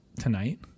Tonight